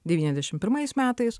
devyniasdešimt pirmais metais